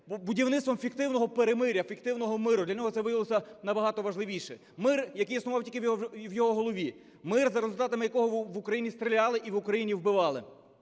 Будівництвом фіктивного перемир'я, фіктивного миру, для нього це виявилося набагато важливіше. Мир, який існував тільки в його голові, мир, за результатами якого в Україні стріляли і в Україні вбивали.